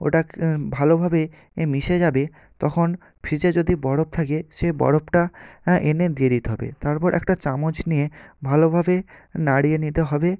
ওটা ভালোভাবে মিশে যাবে তখন ফ্রিজে যদি বরফ থাকে সে বরফটা এনে দিয়ে দিতে হবে তারপর একটা চামচ নিয়ে ভালোভাবে নাড়িয়ে নিতে হবে